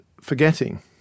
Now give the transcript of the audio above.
forgetting